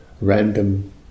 random